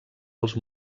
els